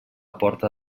porta